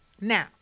Now